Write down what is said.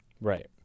Right